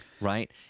right